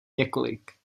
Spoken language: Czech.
několik